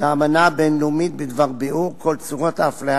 לאמנה הבין-לאומית בדבר ביעור כל צורות האפליה